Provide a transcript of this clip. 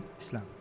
Islam